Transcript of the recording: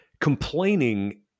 complaining